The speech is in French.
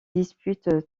dispute